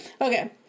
Okay